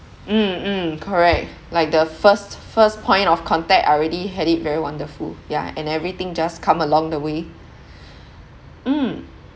mm mm correct like the first first point of contact I already had it very wonderful ya and everything just come along the way mm